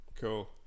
Cool